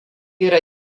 yra